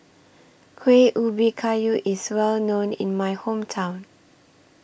Kueh Ubi Kayu IS Well known in My Hometown